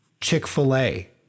Chick-fil-A